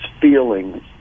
feelings